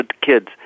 kids